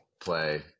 play